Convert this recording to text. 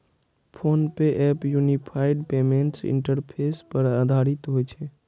PhonePe app unified payments interface पर आधारित होइ छै